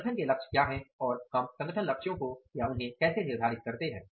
संगठन के लक्ष्य क्या हैं और हम उन्हें कैसे निर्धारित करते हैं